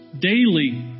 daily